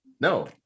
no